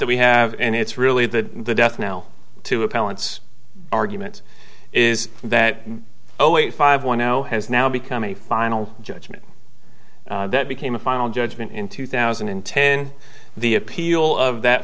that we have and it's really that the death knell to a balance argument is that oh wait five one zero has now become a final judgment that became a final judgment in two thousand and ten the appeal of that